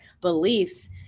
beliefs